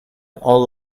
all